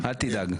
אל תדאג.